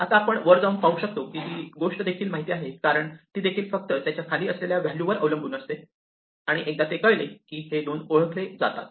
आता आपण वर जाऊन पाहू शकतो की ही गोष्ट देखील माहिती आहे कारण ती देखील फक्त त्याच्या खाली असलेल्या व्हॅल्यू वर अवलंबून असते आणि एकदा ते कळले की हे 2 ओळखले जातात